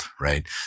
right